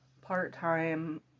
part-time